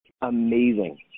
amazing